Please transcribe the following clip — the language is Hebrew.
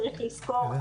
צריך לזכור,